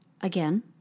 again